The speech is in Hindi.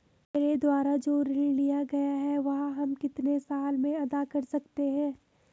मेरे द्वारा जो ऋण लिया गया है वह हम कितने साल में अदा कर सकते हैं?